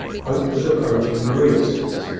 hope was approaching maria's seat,